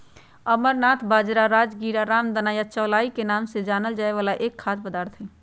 amaranth बाजरा, राजगीरा, रामदाना या चौलाई के नाम से जानल जाय वाला एक खाद्य पदार्थ हई